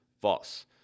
false